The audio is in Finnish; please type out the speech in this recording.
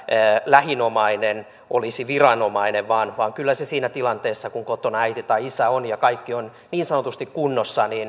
lähin omainen olisi viranomainen vaan vaan kyllä siinä tilanteessa kun kotona on äiti tai isä ja kaikki on niin sanotusti kunnossa